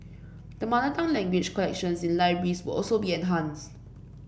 the mother tongue language collections in libraries will also be enhanced